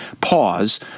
pause